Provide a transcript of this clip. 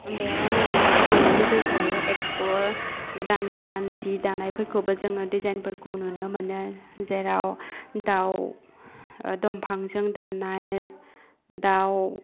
बेयाव आङो मानि थांनो लुगैखायो इक्स्प'वा गोदान गोदान जि दानायफोरखौबो जोङो डिजाइनफोरखौ नुनो मोनो जेराव दाउ दंफांजों दाननाय दाउ